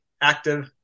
active